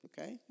Okay